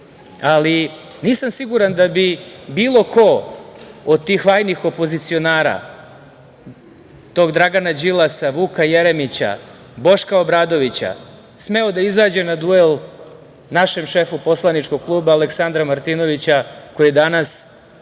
ali nisam sigurna da bi bilo ko od tih vajnih opozicionara, tog Dragana Đilasa, Vuka Jermića, Boška Obradovića, smeo da izađe na duel našem šefu poslaničkog kluba Aleksandra Martinovića, koji je danas svima